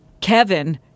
Kevin